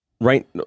Right